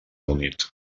unit